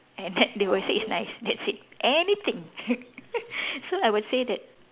and then they'll say it's nice that's it anything so I would say that